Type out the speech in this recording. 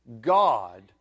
God